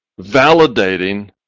validating